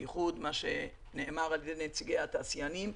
בייחוד על ידי נציגי התעשיינים,